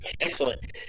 Excellent